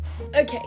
okay